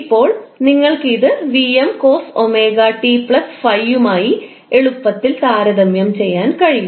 ഇപ്പോൾ നിങ്ങൾക്ക് ഇത് 𝑉𝑚 cos 𝜔𝑡 ∅ യുമായി എളുപ്പത്തിൽ താരതമ്യം ചെയ്യാൻ കഴിയും